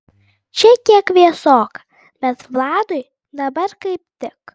čia kiek vėsoka bet vladui dabar kaip tik